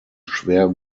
schwer